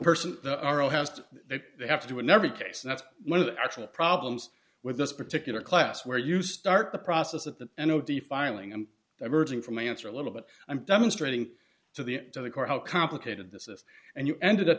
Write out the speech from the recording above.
they they have to do in every case and that's one of the actual problems with this particular class where you start the process at the end oh defiling and emerging from my answer a little but i'm demonstrating to the court how complicated this is and you ended up